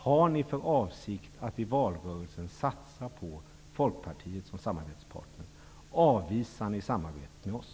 Har ni för avsikt att i valrörelsen satsa på Folkpartiet som samarbetspartner? Avvisar ni samarbete med oss?